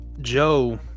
Joe